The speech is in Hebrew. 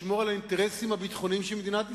לשמור על האינטרסים הביטחוניים של מדינת ישראל,